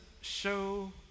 show